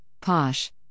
posh